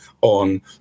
on